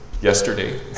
Yesterday